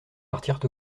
partirent